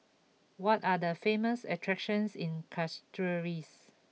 what are the famous attractions in Castries